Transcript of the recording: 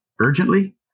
urgently